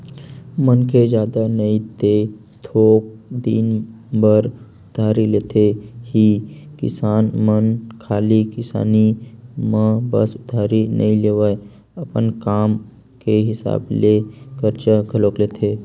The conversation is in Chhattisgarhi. मनखे जादा नई ते थोक दिन बर उधारी लेथे ही किसान मन खाली किसानी म बस उधारी नइ लेवय, अपन काम के हिसाब ले करजा घलोक लेथे